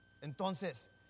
Entonces